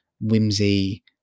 whimsy